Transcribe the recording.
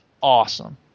awesome